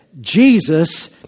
Jesus